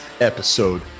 episode